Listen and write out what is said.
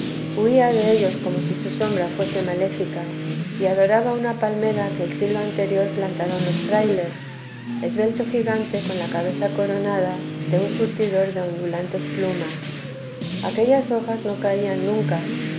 huía de ellos como si su sombra fuese maléfica y adoraba una palmera que el siglo anterior plantaron los frailes esbelto gigante con la cabeza coronada de un surtidor de ondulantes plumas aquellas hojas no caían nunca